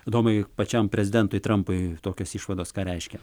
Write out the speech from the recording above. adomai pačiam prezidentui trampui tokios išvados ką reiškia